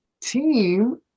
team